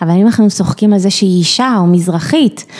אבל אם אנחנו צוחקים על זה שהיא אישה או מזרחית